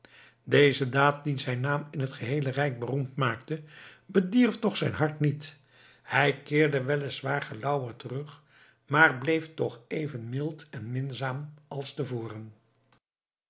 deze daad die zijn naam in het geheele rijk beroemd maakte bedierf toch zijn hart niet hij keerde wel is waar gelauwerd terug maar bleef toch even mild en minzaam als te voren